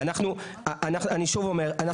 אני שוב אומר,